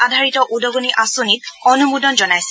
আধাৰিত উদগনি আঁচনিত অনুমোদন জনাইছে